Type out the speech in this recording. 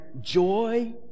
joy